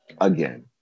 again